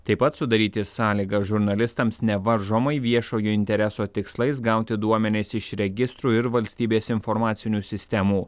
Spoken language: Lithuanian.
taip pat sudaryti sąlygas žurnalistams nevaržomai viešojo intereso tikslais gauti duomenis iš registrų ir valstybės informacinių sistemų